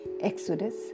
Exodus